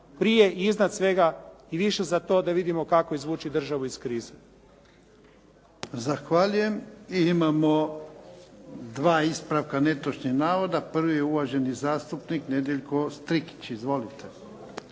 prije i iznad svega i više za to da vidimo kako izvući državu iz krize. **Jarnjak, Ivan (HDZ)** Zahvaljujem. I imamo dva ispravka netočnih navoda. Prvi je uvaženi zastupnik Nedjeljko Strikić. Izvolite.